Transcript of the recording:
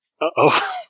Uh-oh